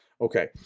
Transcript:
Okay